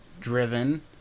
driven